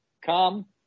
come